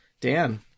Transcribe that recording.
Dan